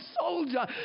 soldier